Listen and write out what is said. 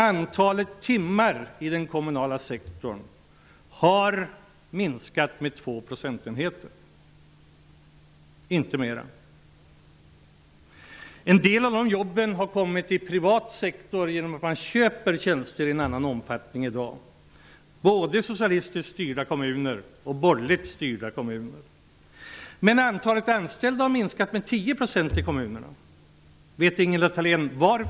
Antalet arbetstimmar i den kommunala sektorn har minskat med två procentenheter -- inte mer. En del av de jobben har hamnat i den privata sektorn i och med att man köper tjänster i en annan omfattning i dag, både i socialistiskt och borgerligt styrda kommuner. Antalet anställda i kommunerna har dock minskat med 10 %. Vet Ingela Thalén varför?